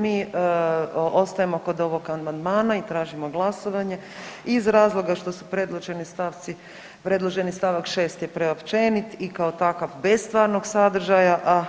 Mi ostajemo kod ovog amandmana i tražimo glasovanje iz razloga što su predloženi stavci, predloženi st. 6 je preopćenit i kao takav bez stvarnog sadržaja, a